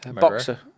Boxer